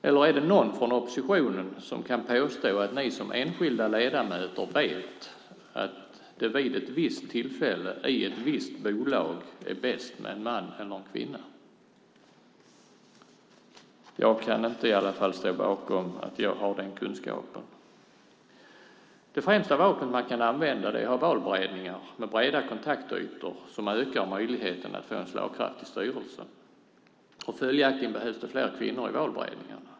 Eller är det någon från oppositionen som kan påstå att de som enskilda ledamöter vet att det vid ett visst tillfälle i ett visst bolag är bäst med en man eller kvinna? Jag kan i alla fall inte påstå att jag har den kunskapen. Det främsta vapnet man kan använda är att ha valberedningar med breda kontaktytor som ökar möjligheten att få en slagkraftig styrelse. Följaktligen behövs det fler kvinnor i valberedningarna.